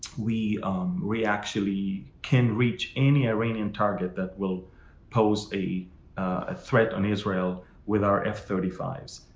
we we actually can reach any iranian target that will pose a threat on israel with our f thirty five.